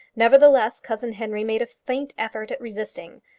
nevertheless cousin henry made a faint effort at resisting.